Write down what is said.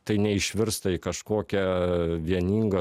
tai neišvirsta į kažkokią vieningą